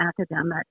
academic